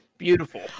beautiful